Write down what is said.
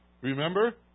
Remember